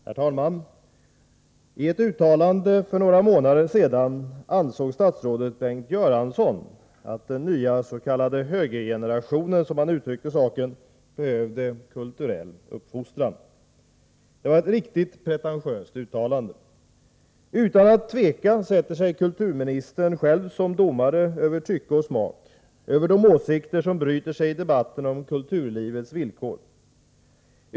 Herr talman! I ett uttalande för några månader sedan ansåg statsrådet Bengt Göransson att den nya högergenerationen, som han uttryckte det, behövde kulturell uppfostran. Det var ett riktigt pretentiöst uttalande. Utan att tveka sätter sig kulturministern själv som domare över tycke och smak, över de åsikter som bryter sig i debatten om kulturlivets villkor.